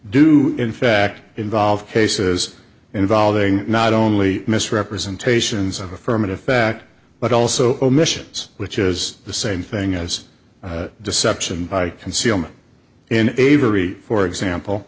do in fact involve cases involving not only misrepresentations of affirmative fact but also omissions which is the same thing as deception by concealment in avery for example